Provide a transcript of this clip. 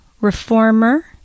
reformer